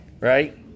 right